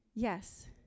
Yes